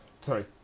sorry